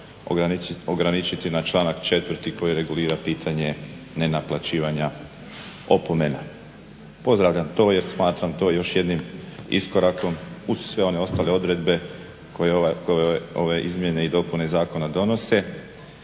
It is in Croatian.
ograničiti na članak 4. koji regulira pitanje nenaplaćivanja opomena. Pozdravljam to jer smatram to još jednim iskorakom uz sve one ostale odredbe koje ove izmjene i dopune zakona donose.